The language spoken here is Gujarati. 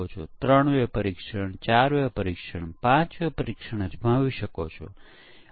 તો પ્રથમ 50 ટકા સમસ્યાઓ બીજી 30 ટકા ત્રીજી 10 ટકા બગ શોધે છે